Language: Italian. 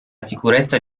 sicurezza